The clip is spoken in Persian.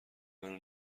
منو